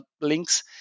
links